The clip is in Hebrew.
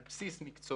על בסיס מקצועיות,